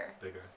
Bigger